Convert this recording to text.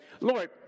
Lord